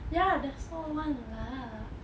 ya that's all one lah